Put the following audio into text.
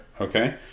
okay